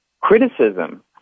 criticism